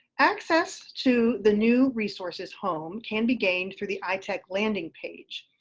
access to the new resources home can be gained through the itac landing page.